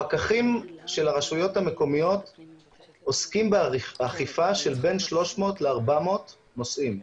הפקחים של הרשויות המקומיות עוסקים באכיפה של בין 300 ל-400 נושאים.